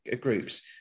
groups